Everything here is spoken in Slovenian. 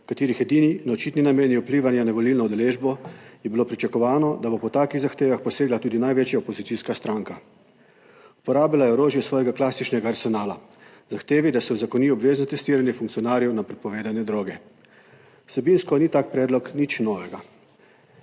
katerih edini in očitni namen je vplivanja na volilno udeležbo, je bilo pričakovano, da bo po takih zahtevah posegla tudi največja opozicijska stranka. Uporabila je orožje svojega klasičnega arsenala, zahtevi, da se uzakoni obvezno testiranje funkcionarjev na prepovedane droge. Vsebinsko ni tak predlog nič novega,